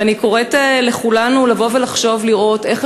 ואני קוראת לכולנו לחשוב ולראות איך